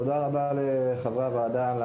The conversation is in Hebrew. תודה רבה לחברי הוועדה.